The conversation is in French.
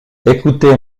écoutez